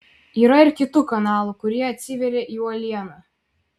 yra ir kitų kanalų kurie atsiveria į uolieną